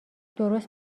درست